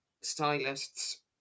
stylists